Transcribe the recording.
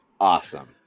awesome